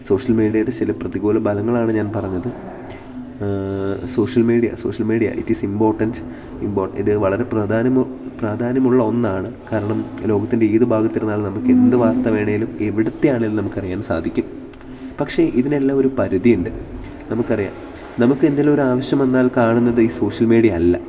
social മീഡിയയിൽ ചില പ്രതികൂല ബലങ്ങളാണ് ഞാൻ പറഞ്ഞത് social media social media it is important ഇമ്പോ ഇത് വളരെ പ്രധാനമൊ പ്രാധാന്യമുള്ള ഒന്നാണ് കാരണം ലോകത്തിൻ്റെ ഏതു ഭാഗത്തിരുന്നാലും നമുക്ക് എന്ത് വാർത്ത വേണമെങ്കിലും എവിടുത്തെ ആണെങ്കിലും നമുക്കറിയാൻ സാധിക്കും പക്ഷേ ഇതിനെല്ലാം ഒരു പരിധിയുണ്ട് നമുക്കറിയാം നമുക്ക് എന്തെങ്കിലും ഒരു ആവശ്യം വന്നാൽ കാണുന്നത് ഈ സോഷ്യൽ മീഡിയ അല്ല